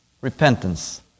Repentance